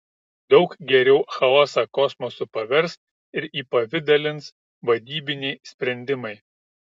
daug geriau chaosą kosmosu pavers ir įpavidalins vadybiniai sprendimai